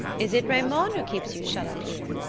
is it raymond who keeps you shut up here?